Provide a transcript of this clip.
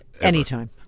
anytime